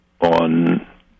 on